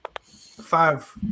five